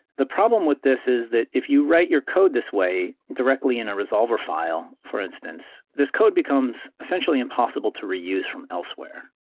the problem with this is that if you write your code this way directly in a resolver file, for instance, this code becomes essentially impossible to reuse from elsewhere.